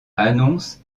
annoncent